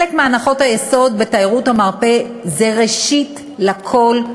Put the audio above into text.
אחת מהנחות היסוד בתיירות המרפא היא, ראשית לכול,